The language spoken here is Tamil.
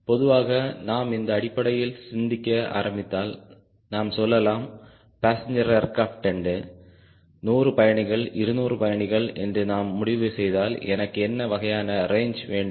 பொதுவாக நாம் இந்த அடிப்படையில் சிந்திக்க ஆரம்பித்தால் நாம் சொல்லலாம் பெஸ்சேன்ஜ்ர் ஏர்கிராப்ட் என்று 100 பயணிகள் 200 பயணிகள் என்று நாம் முடிவு செய்தால் எனக்கு என்ன வகையான ரேஞ்சு வேண்டும்